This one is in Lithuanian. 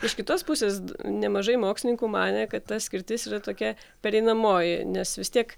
iš kitos pusės nemažai mokslininkų manė kad ta skirtis yra tokia pereinamoji nes vis tiek